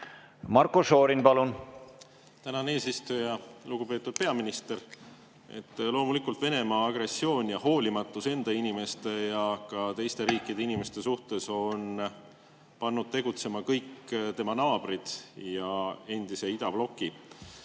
Marko Šorin, palun! Tänan, eesistuja! Lugupeetud peaminister! Loomulikult Venemaa agressioon ja hoolimatus enda inimeste ja ka teiste riikide inimeste suhtes on pannud tegutsema kõik tema naabrid ja endise idabloki.